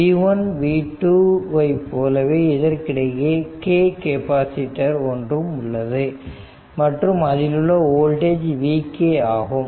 v1 v2 ஐ போல இதற்கிடையே kth கெபாசிட்டர் ஒன்றும் உள்ளது மற்றும் அதிலுள்ள வோல்டேஜ் vk ஆகும்